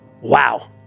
wow